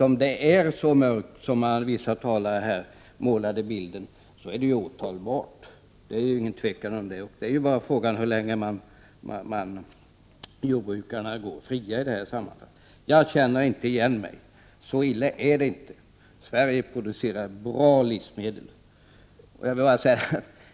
Om det är så mörkt som vissa talare här utmålade, så är det åtalbart — utan tvivel. Frågan är bara hur länge jordbrukarna går fria i det här sammanhanget. Jag känner inte igen mig. Så illa är det inte. Sverige producerar bra livsmedel.